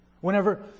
Whenever